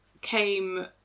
came